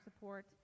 support